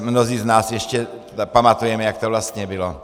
Mnozí z nás ještě pamatujeme, jak to vlastně bylo.